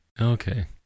Okay